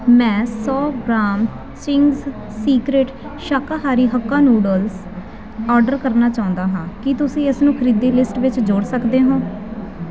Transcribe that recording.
ਮੈਂ ਸੌ gram Ching's secret ਸ਼ਾਕਾਹਾਰੀ ਹੱਕਾ ਨੂਡਲਜ਼ ਆਰਡਰ ਕਰਨਾ ਚਾਉਂਦਾ ਹਾਂ ਕੀ ਤੁਸੀਂ ਇਸ ਨੂੰ ਖਰੀਦੀ ਲਿਸਟ ਵਿੱਚ ਜੋੜ ਸਕਦੇ ਹੋ